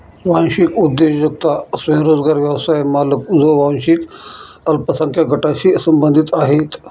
वांशिक उद्योजकता स्वयंरोजगार व्यवसाय मालक जे वांशिक अल्पसंख्याक गटांशी संबंधित आहेत